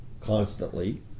constantly